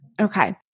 Okay